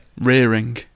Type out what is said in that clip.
Rearing